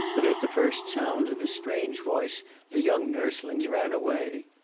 but at the first sounds of his strange voice the young nurslings ran away.